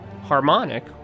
harmonic